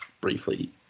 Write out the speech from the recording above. briefly